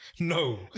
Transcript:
No